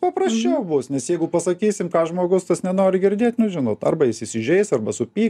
paprasčiau bus nes jeigu pasakysim ką žmogus tas nenori girdėt nu žinot arba jis įsižeis arba supyks